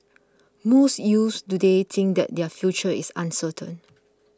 most youths today think that their future is uncertain